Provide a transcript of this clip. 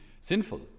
Sinful